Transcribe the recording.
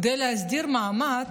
כדי להסדיר מעמד,